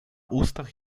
ustach